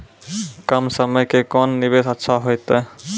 कम समय के कोंन निवेश अच्छा होइतै?